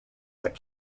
that